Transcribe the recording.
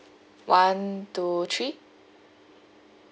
one two three